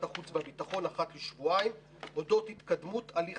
החוץ והביטחון אחת לשבועיים אודות התקדמות הליך